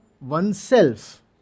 oneself